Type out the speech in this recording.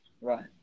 Right